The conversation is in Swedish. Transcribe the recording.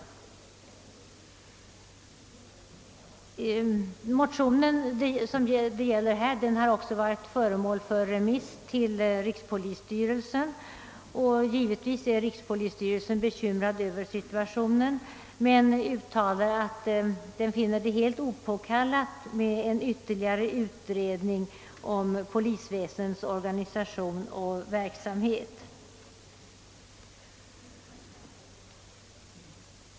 Den motion som det här gäller har sänts ut på remiss, bl.a. till rikspolisstyrelsen. Givetvis är styrelsen bekymrad över situationen men uttalar att den finner det helt opåkallat med en ytterligare utredning om polisväsendets organisation och verksamhet.